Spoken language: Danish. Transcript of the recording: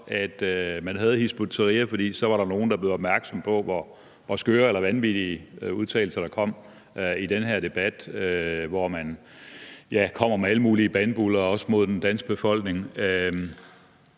at man havde Hizb ut-Tahrir, for så var der nogle, der blev opmærksomme på, hvor skøre eller vanvittige udtalelser der kom i den her debat, hvor man kommer med alle mulige bandbuller, også mod den danske befolkning.